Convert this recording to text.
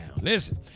Listen